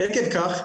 עקב כך,